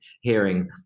hearing